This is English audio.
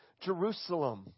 Jerusalem